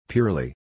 Purely